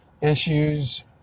issues